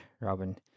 Robin